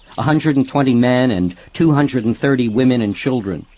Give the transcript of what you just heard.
hundred and twenty men and two hundred and thirty women and children,